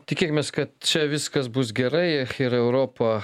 tikėkimės kad čia viskas bus gerai ir europa